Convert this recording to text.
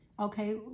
Okay